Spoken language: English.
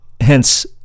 hence